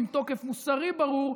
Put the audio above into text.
עם תוקף מוסרי ברור,